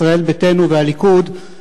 ישראל ביתנו והליכוד,